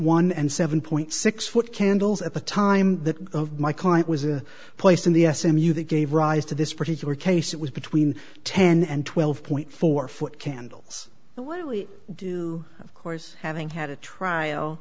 one and seven point six foot candles at the time that my client was a place in the s m u that gave rise to this particular case it was between ten and twelve point four foot candles the wiley do of course having had a trial